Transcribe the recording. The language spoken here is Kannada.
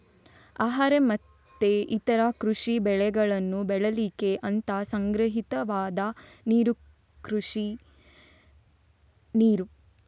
ಆಹಾರ ಮತ್ತೆ ಇತರ ಕೃಷಿ ಬೆಳೆಗಳನ್ನ ಬೆಳೀಲಿಕ್ಕೆ ಅಂತ ಸಂಗ್ರಹಿತವಾದ ನೀರು ಕೃಷಿ ನೀರು